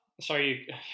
Sorry